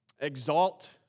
exalt